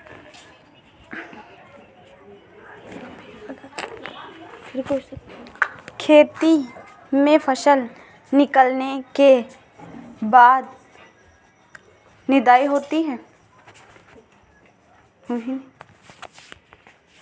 खेती में फसल निकलने के बाद निदाई होती हैं?